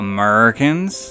Americans